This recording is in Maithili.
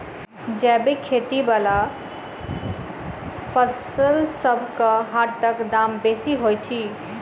जैबिक खेती बला फसलसबक हाटक दाम बेसी होइत छी